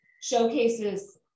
showcases